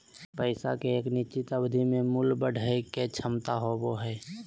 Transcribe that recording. पैसा के एक निश्चित अवधि में मूल्य बढ़य के क्षमता होबो हइ